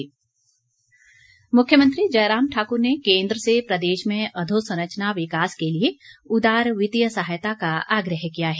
मुख्यमंत्री मुख्यमंत्री जयराम ठाक्र ने केन्द्र से प्रदेश में अधोसंरचना विकास के लिए उदार वित्तीय सहायता का आग्रह किया है